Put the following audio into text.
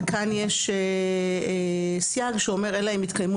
וכאן יש סייג שאומר "אלא אם יתקיימו